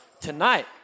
tonight